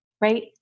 right